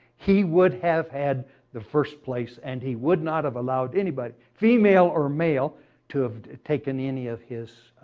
he would have had the first place and he would not have allowed anybody, female or male to have taken any of his